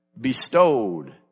bestowed